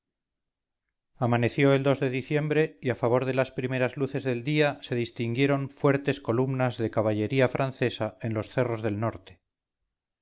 amaneció el de diciembre y a favor de las primeras luces del día se distinguieron fuertes columnas de caballería francesa en los cerros del norte